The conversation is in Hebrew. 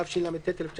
התשל"ט 1979,